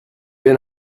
been